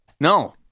No